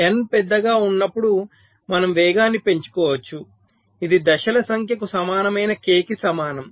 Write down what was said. n పెద్దగా ఉన్నప్పుడు మనం వేగాన్ని పెంచుకోవచ్చు ఇది దశల సంఖ్యకు సమానమైన k కి సమానం